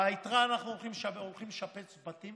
ביתרה אנחנו הולכים לשפץ בתים